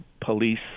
police